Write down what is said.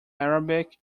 arabic